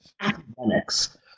Academics